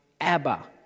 Abba